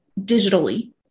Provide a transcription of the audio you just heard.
digitally